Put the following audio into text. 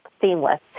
seamless